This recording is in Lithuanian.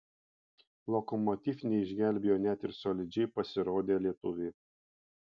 lokomotiv neišgelbėjo net ir solidžiai pasirodę lietuviai